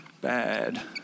bad